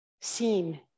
seen